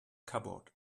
cupboard